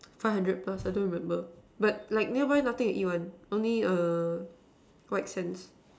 five hundred plus I don't remember but like nearby nothing to eat one only err whitesands